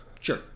Sure